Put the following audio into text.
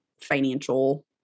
financial